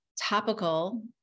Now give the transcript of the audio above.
topical